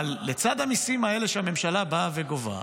אבל לצד המיסים האלה שהממשלה באה וגובה,